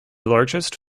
largest